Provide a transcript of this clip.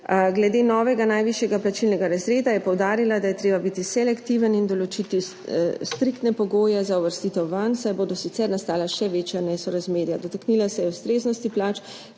Glede novega najvišjega plačilnega razreda je poudarila, da je treba biti selektiven in določiti striktne pogoje za uvrstitev vanj, saj bodo sicer nastala še večja nesorazmerja. Dotaknila se je ustreznosti plač